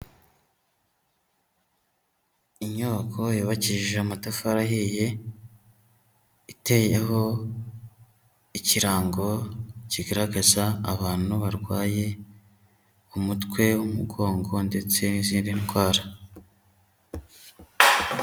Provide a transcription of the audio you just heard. Inyubako yubakishije amatafari ahiye, iteyeho ikirango kigaragaza abantu barwaye umutwe, umugongo ndetse n'izindi ndwara.